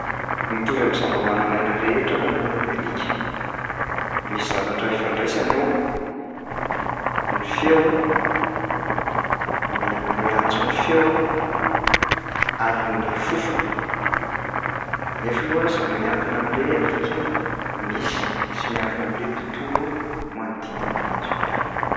Mitovy am'zava-manaina rehetra ny alika. Misy zavatra ifandraisany ao ny feo a, ny a- ny antson'ny feo, ary ny fofona, nefa io a sa- miankina am'le alika misy sy miankina am'le tontolo manodidina anazy eo ihany.